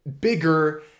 bigger